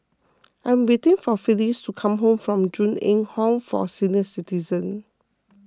I am waiting for Phillis to come home from Ju Eng Home for Senior Citizens